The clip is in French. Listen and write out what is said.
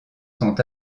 sont